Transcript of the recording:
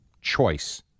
Choice